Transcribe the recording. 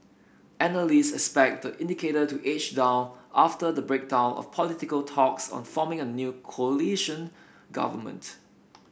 analyst expect the indicator to edge down after the breakdown of political talks on forming a new coalition government